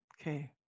Okay